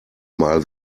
mal